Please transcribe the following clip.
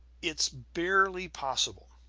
it's barely possible.